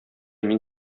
мин